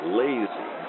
lazy